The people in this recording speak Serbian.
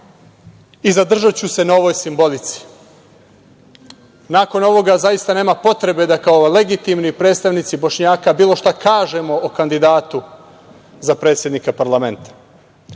i zadržaću se na ovoj simbolici. Nakon ovoga zaista nema potrebe da kao legitimni predstavnici Bošnjaka bilo šta kažemo o kandidatu za predsednika parlamenta.